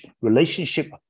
relationship